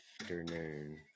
Afternoon